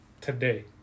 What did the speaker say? today